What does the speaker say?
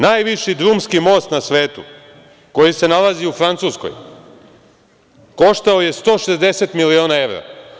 Najviši drumski most na svetu koji se nalazi u Francuskoj koštao je 160 miliona evra.